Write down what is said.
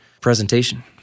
presentation